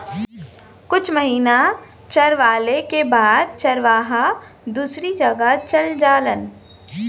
कुछ महिना चरवाले के बाद चरवाहा दूसरी जगह चल जालन